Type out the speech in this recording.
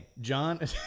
John